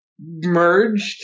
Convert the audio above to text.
merged